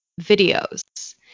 videos